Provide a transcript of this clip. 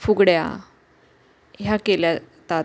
फुगड्या ह्या केल्या जातात